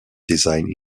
design